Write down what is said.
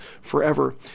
forever